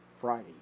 Friday